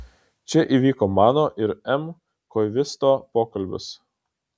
čia įvyko mano ir m koivisto pokalbis